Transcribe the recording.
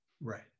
Right